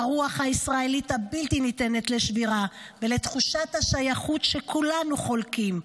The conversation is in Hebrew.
לרוח הישראלית הבלתי-ניתנת לשבירה ולתחושת השייכות שכולנו חולקים.